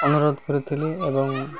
ଅନୁରୋଧ କରିୁଥିଲି ଏବଂ